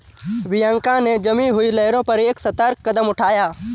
Bianca ने जमी हुई लहरों पर एक सतर्क कदम उठाया